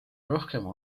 rohkem